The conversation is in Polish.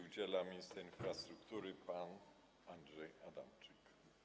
udziela minister infrastruktury pan Andrzej Adamczyk.